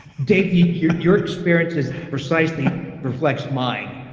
dave yeah your your experience is, precisely reflects mine.